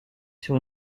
sur